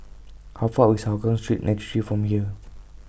How Far away IS Hougang Street nine three from here